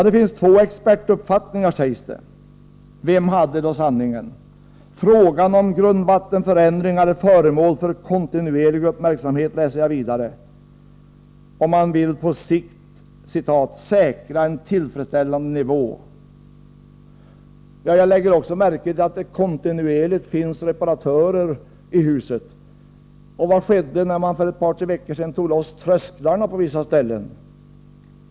Det finns två expertuppfattningar, sägs det. Vem hade sanningen? Frågan om grundvattenförändringar är föremål för kontinuerlig uppmärksamhet, läser jag vidare. Man vill på ”sikt säkra en tillfredsställande nivå”. Jag har lagt märke till att det kontinuerligt finns reparatörer i huset. Vad skedde när man för ett par tre veckor sedan tog loss trösklarna på vissa ställen?